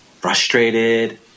frustrated